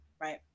right